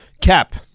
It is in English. Cap